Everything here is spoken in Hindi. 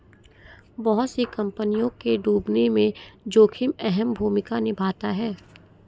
बहुत सी कम्पनियों के डूबने में जोखिम अहम भूमिका निभाता है